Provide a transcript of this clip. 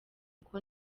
uko